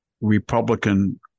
Republican